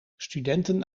studenten